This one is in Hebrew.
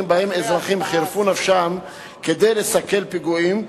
שבהם אזרחים חירפו נפשם כדי לסכל פיגועים,